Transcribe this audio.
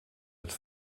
het